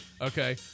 Okay